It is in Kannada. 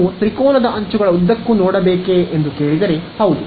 ನಾವು ತ್ರಿಕೋನದ ಅಂಚುಗಳ ಉದ್ದಕ್ಕೂ ನೋಡಬೇಕೆ ಎಂದು ಕೇಳಿದರೆ ಹೌದು